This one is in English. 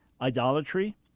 idolatry